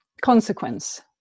consequence